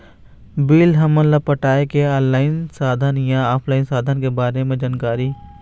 Bill हमन ला पटाए के कोई ऑनलाइन साधन या ऑफलाइन साधन के बारे मे जानकारी?